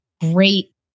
Great